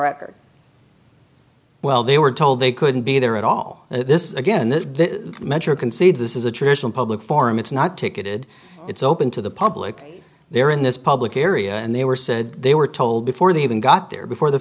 record well they were told they couldn't be there at all this again the metro concedes this is a traditional public forum it's not ticketed it's open to the public there in this public area and they were said they were told before they even got there before the